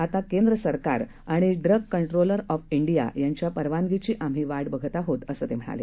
आता केंद्र सरकार आणि डूग कंट्रोलर ऑफ डिया यांच्या परवानगीची आम्ही वाट बघतोय असं ते म्हणाले